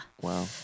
Wow